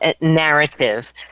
Narrative